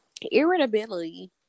irritability